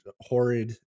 horrid